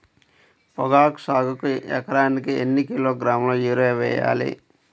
పొగాకు సాగుకు ఎకరానికి ఎన్ని కిలోగ్రాముల యూరియా వేయాలి?